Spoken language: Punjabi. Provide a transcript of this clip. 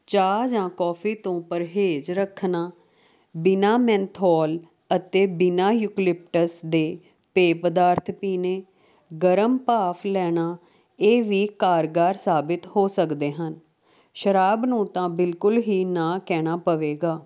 ਚਾਹ ਜਾਂ ਕੌਫ਼ੀ ਤੋਂ ਪਰਹੇਜ਼ ਰੱਖਣਾ ਬਿਨਾਂ ਮੈਂਥੋਲ ਅਤੇ ਬਿਨਾਂ ਯੂਪਲਿਪਟਸ ਦੇ ਪੇ ਪਦਾਰਥ ਪੀਣੇ ਗਰਮ ਭਾਫ਼ ਲੈਣਾ ਇਹ ਵੀ ਕਾਰਗਾਰ ਸਾਬਿਤ ਹੋ ਸਕਦੇ ਹਨ ਸ਼ਰਾਬ ਨੂੰ ਤਾਂ ਬਿਲਕੁਲ ਹੀ ਨਾਂਹ ਕਹਿਣਾ ਪਵੇਗਾ